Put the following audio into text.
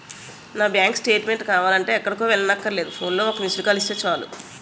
నా bank statement కావాలంటే ఎక్కడికో వెళ్ళక్కర్లేకుండా ఫోన్లో ఒక్క మిస్కాల్ ఇస్తే చాలు